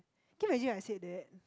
can you imagine I said that